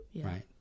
right